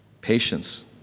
Patience